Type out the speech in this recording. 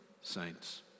saints